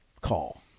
call